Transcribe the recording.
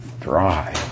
dry